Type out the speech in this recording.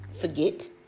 forget